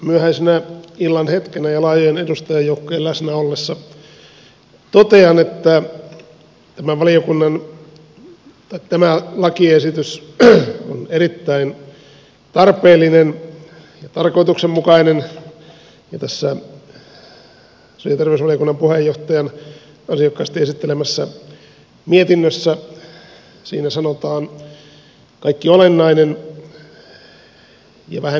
myöhäisenä illan hetkenä ja laajojen edustajajoukkojen läsnä ollessa totean että tämä lakiesitys on erittäin tarpeellinen ja tarkoituksenmukainen ja tässä sosiaali ja terveysvaliokunnan puheenjohtajan ansiokkaasti esittelemässä mietinnössä sanotaan kaikki olennainen ja vähän enemmänkin